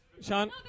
Sean